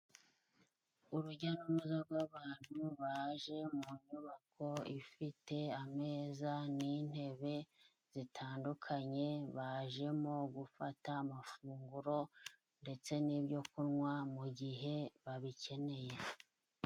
Urujya n'uruza rw'abantu baje mu nyubako ifite ameza n'intebe zitandukanye, bajemo gufata amafunguro ndetse n'ibyo kunwa mu gihe babikeneye.